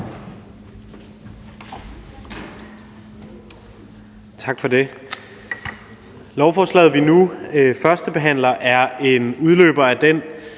Tak for det.